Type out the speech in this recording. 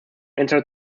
entered